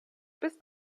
bist